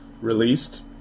released